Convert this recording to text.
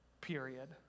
period